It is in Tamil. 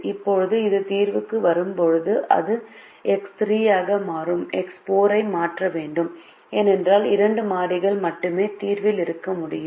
இப்போது இது தீர்வுக்கு வரும்போது அது எக்ஸ் 3 மற்றும் எக்ஸ் 4 ஐ மாற்ற வேண்டும் ஏனென்றால் இரண்டு மாறிகள் மட்டுமே தீர்வில் இருக்க முடியும்